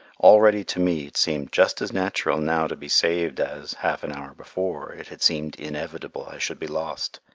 already to me it seemed just as natural now to be saved as, half an hour before, it had seemed inevitable i should be lost,